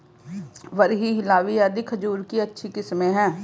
बरही, हिल्लावी आदि खजूर की अच्छी किस्मे हैं